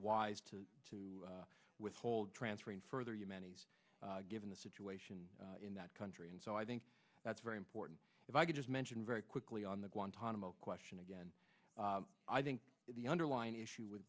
wise to to withhold transferring further humanity's given the situation in that country and so i think that's very important if i could just mention very quickly on the guantanamo question again i think the underlying issue with